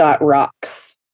rocks